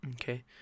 Okay